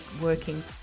working